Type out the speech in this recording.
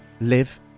live